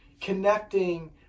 connecting